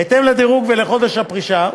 בהתאם לדירוג ולחודש הפרישה,